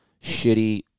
shitty